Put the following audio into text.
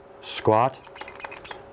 squat